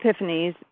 epiphanies